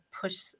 push